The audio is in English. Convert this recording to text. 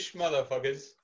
motherfuckers